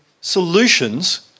solutions